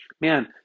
man